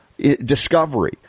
discovery